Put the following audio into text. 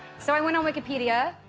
so i went on wikipedia.